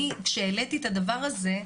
אני, כשהעליתי את הדבר הזה,